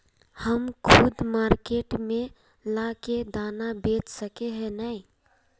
हम खुद मार्केट में ला के दाना बेच सके है नय?